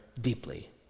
deeply